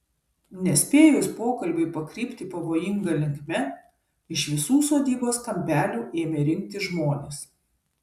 nespėjus pokalbiui pakrypti pavojinga linkme iš visų sodybos kampelių ėmė rinktis žmonės